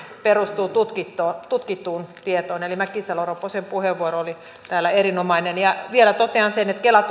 perustuu tutkittuun tutkittuun tietoon eli mäkisalo ropposen puheenvuoro oli täällä erinomainen ja vielä totean sen että kela